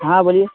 ہاں بولیے